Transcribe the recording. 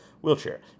Wheelchair